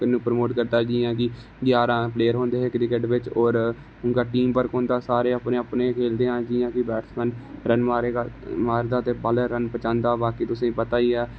promote करदा है जियां कि ग्यारां प्लेयर होंदे हे क्रिकेट बिच और उंदा टीम बर्क उंदा सारें दा अपना अपना खेलदे जियां कि बैटसमेन रन मारे गा मारदा ते बालर रन बचांदे बाकी तुसेंगी पता गै है